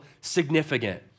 significant